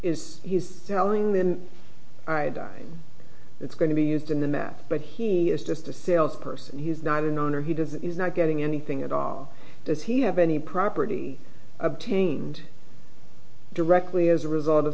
is he selling them dying it's going to be used in that but he is just a sales person he is not an owner he does is not getting anything at all does he have any property obtained directly as a result of